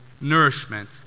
Nourishment